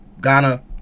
Ghana